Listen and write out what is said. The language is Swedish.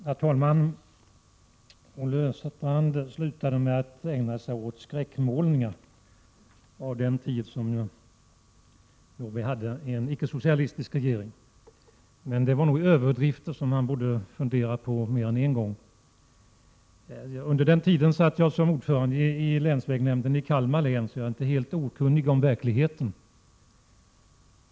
Herr talman! Olle Östrand ägnade sig i slutet av det senaste anförandet åt att göra skräckmålningar av den tid då vi hade en icke-socialistisk regering. Men de överdrifterna borde nog Olle Östrand fundera över mer än en gång. Under nämnda tid satt jag som ordförande i länsvägnämnden i Kalmar län. Därför är jag inte helt okunnig om verkligheten.